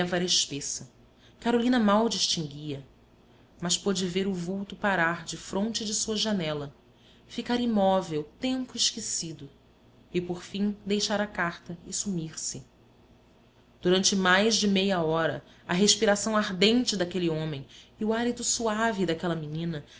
a treva era espessa carolina mal distinguia mas pôde ver o vulto parar defronte de sua janela ficar imóvel tempo esquecido e por fim deixar a carta e sumir-se durante mais de meia hora a respiração ardente daquele homem e o hálito suave daquela menina